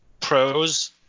Pros